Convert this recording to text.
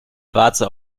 warze